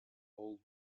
old